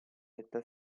setta